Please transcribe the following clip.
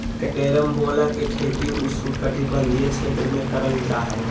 carambola के खेती उष्णकटिबंधीय क्षेत्र में करल जा हय